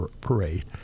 parade